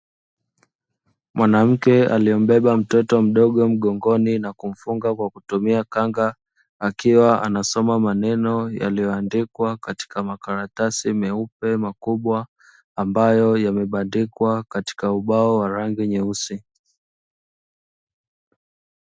Mwanamke aliye mbeba mtoto mdogo mgongoni na kumfunga kwa kutumia kanga, akiwa anasoma maneno yaliyondikwa katika makaratasi meupe makubwa, ambayo yamebandikwa katika ubao wa rangi nyeusi.